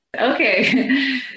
Okay